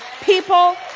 people